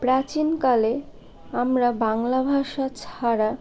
প্রাচীনকালে আমরা বাংলা ভাষা ছাড়া